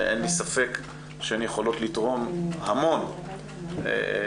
אין לי ספק שהן יכולות לתרום המון לדיונים.